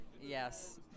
Yes